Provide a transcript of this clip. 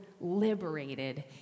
liberated